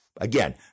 Again